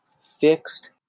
fixed